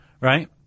right